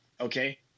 okay